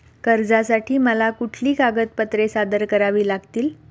कर्जासाठी मला कुठली कागदपत्रे सादर करावी लागतील?